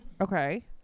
Okay